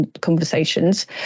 conversations